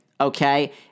okay